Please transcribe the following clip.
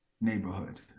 neighborhood